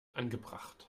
angebracht